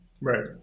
Right